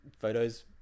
photos